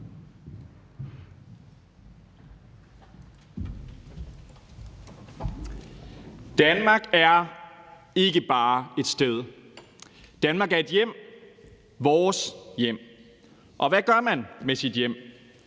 Danmark er ikke bare et sted. Danmark er et hjem – vores hjem. Og hvad gør man med sit hjem?